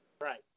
Right